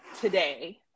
today